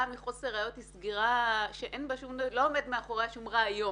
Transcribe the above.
שנה אחרי שנה אנחנו מדברים על נתונים של 3,000 קטינות וקטינים